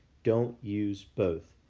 don't use both.